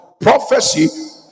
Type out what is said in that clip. Prophecy